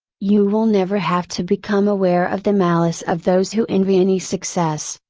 you will never have to become aware of the malice of those who envy any success,